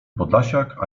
podlasiak